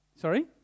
Sorry